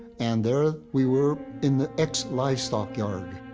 and there we were in the ex-livestock yard.